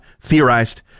theorized